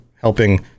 helping